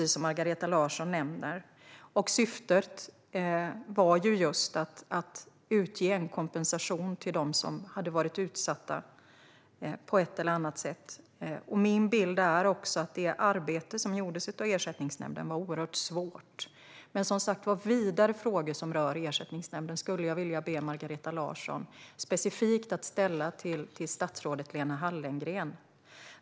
Syftet var just att utge kompensation till dem som hade varit utsatta på ett eller annat sätt. Min bild är att det arbete som gjordes av Ersättningsnämnden var oerhört svårt. Men som sagt skulle jag vilja be Margareta Larsson att ställa vidare frågor som specifikt rör Ersättningsnämnden till statsrådet Lena Hallengren.